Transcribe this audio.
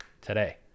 today